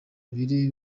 biri